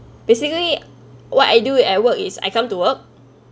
basically what I do at work is I come to work